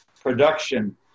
production